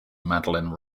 madeline